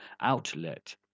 outlet